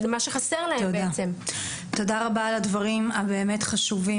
אני לא רוצה לבכות על חלב שנשפך.